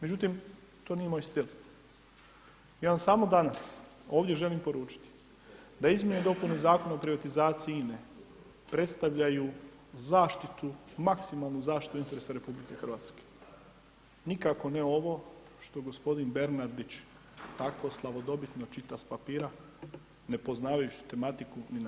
Međutim, to nije moj stil ja vam samo danas ovdje želim poručiti da izmjene i dopune Zakona o privatizaciji INE predstavljaju zaštitu, maksimalnu zaštitu interesa RH, nikako ne ovo što gospodin Bernardić tako slavodobitno čita s papira nepoznavajući tematiku ni najmanje.